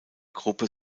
gruppe